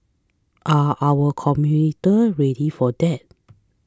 are our commuter ready for that